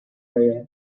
area